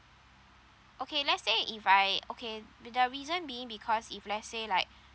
okay let's say if I okay the reason being because if let's say like